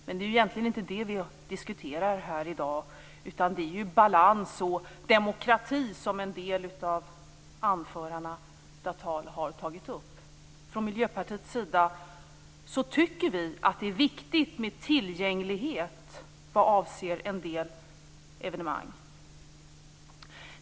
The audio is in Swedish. Men det är ju egentligen inte det som vi diskuterar här i dag, utan det är ju balans och demokrati, som en del av anförarna av tal har tagit upp. Från Miljöpartiets sida tycker vi att det är viktigt med tillgänglighet vad avser en del evenemang.